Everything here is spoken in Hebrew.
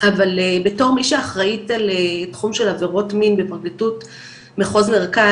אבל בתור מי שאחראית על תחום של עבירות מין בפרקליטות מחוז מרכז,